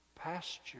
pasture